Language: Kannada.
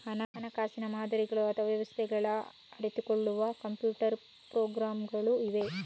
ಹಣಕಾಸಿನ ಮಾದರಿಗಳು ಅಥವಾ ವ್ಯವಸ್ಥೆಗಳನ್ನ ಅರಿತುಕೊಳ್ಳುವ ಕಂಪ್ಯೂಟರ್ ಪ್ರೋಗ್ರಾಮುಗಳು ಇವೆ